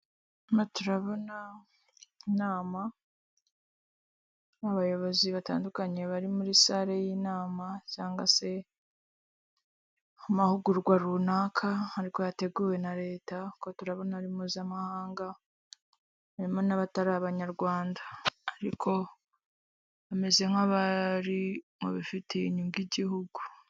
Turimo turabona inama n'abayobozi batandukanye bari muri sale y'inama cyangwa se amahugurwa runaka ariko yateguwe na leta, kuko turabona ari mpuzamahanga harimo n'abatari abanyarwanda ariko bameze nk'abari mu bifitiye inyungu igihugu.